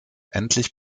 endlich